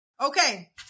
Okay